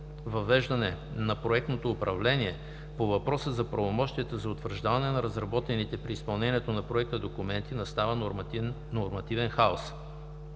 въвеждане на проектното управление по въпроса за правомощията за утвърждаване на разработените при изпълнението на проекта документи настава нормативен хаос.